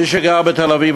מי שגר בתל-אביב,